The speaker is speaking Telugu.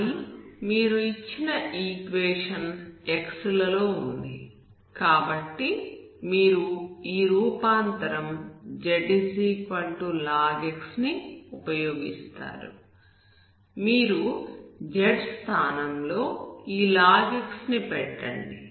కానీ మీరు ఇచ్చిన ఈక్వేషన్ x లలో ఉంది కాబట్టి మీరు ఈ రూపాంతరం zlog x ని ఉపయోగిస్తారు మీరు z స్థానంలో ఈ log x ని పెట్టండి